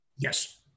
Yes